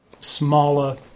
smaller